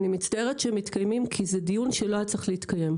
אני מצטערת שהם מתקיימים כי זה דיון שלא היה צריך להתקיים.